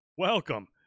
Welcome